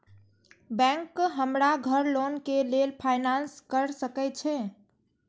Bank हमरा घर loan के लेल फाईनांस कर सके छे?